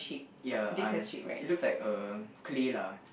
ya uh it looks like a clay lah